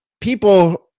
people